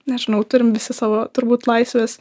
nežinau turim visi savo turbūt laisvės